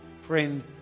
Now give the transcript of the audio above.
Friend